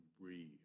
breathe